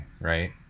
right